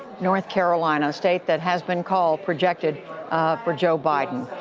north carolina, a state that has been called, projected for joe biden.